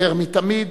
יותר מתמיד